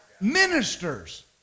ministers